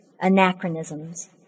anachronisms